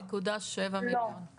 לא.